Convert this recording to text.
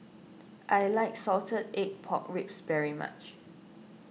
I like Salted Egg Pork Ribs very much